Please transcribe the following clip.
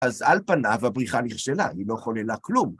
אז על פניו הבריחה נכשלה, היא לא חוללה כלום.